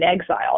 exile